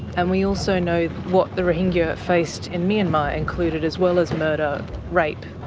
and we also know that what the rohingya faced in myanmar included as well as murder rape.